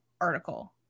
article